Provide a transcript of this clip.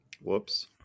Whoops